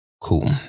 cool